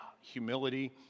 humility